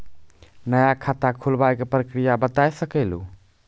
नया खाता खुलवाए के प्रक्रिया बता सके लू?